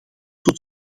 tot